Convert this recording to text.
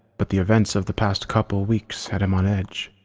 but the events of the past couple weeks had him on edge.